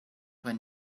when